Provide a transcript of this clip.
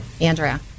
Andrea